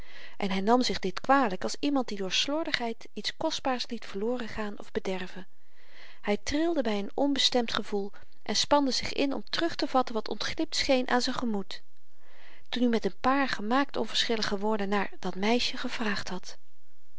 en hy nam zich dit kwalyk als iemand die door slordigheid iets kostbaars liet verloren gaan of bederven hy trilde by n onbestemd gevoel en spande zich in om terug te vatten wat ontglipt scheen aan z'n gemoed toen i met n paar gemaakt onverschillige woorden naar dat meisje gevraagd had